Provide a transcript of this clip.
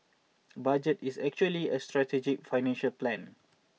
budget is actually a strategy financial plan